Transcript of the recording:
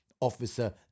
Officer